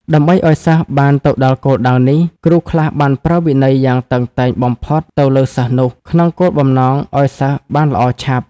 ដើម្បីឲ្យសិស្សបានទៅដល់គោលដៅនេះ គ្រូខ្លះបានប្រើវិន័យយ៉ាងតឹងតែងបំផុត ទៅលើសិស្សនោះ ក្នុងគោលបំណងឲ្យសិស្សបានល្អឆាប់ ។